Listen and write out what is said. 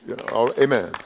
Amen